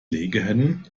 legehennen